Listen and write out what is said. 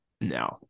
No